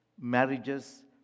marriages